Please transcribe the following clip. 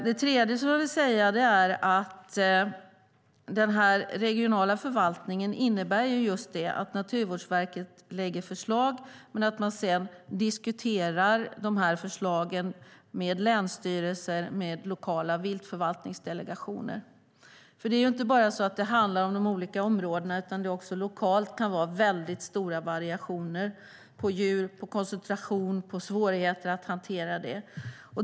Jag vill också säga att den regionala förvaltningen innebär just det: att Naturvårdsverket lägger fram förslag men att man sedan diskuterar förslagen med länsstyrelser och med lokala viltförvaltningsdelegationer. Det handlar ju inte bara om de olika områdena, utan det kan lokalt vara väldigt stora variationer i fråga om djur, koncentration och svårigheter att hantera det.